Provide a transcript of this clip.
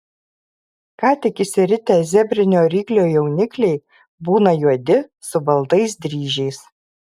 ką tik išsiritę zebrinio ryklio jaunikliai būna juodi su baltais dryžiais